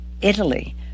Italy